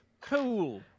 Cool